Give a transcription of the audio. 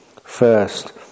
first